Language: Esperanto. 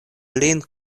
lin